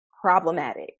Problematic